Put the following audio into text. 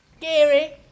Gary